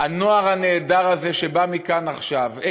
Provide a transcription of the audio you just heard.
הנוער הנהדר הזה שבא לכאן עכשיו,